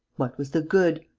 what was the good?